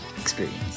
experience